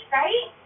right